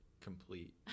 complete